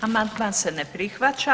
Amandman se ne prihvaća.